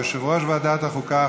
יושב-ראש ועדת החוקה,